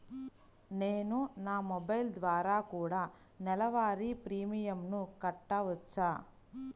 నేను నా మొబైల్ ద్వారా కూడ నెల వారి ప్రీమియంను కట్టావచ్చా?